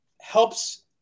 helps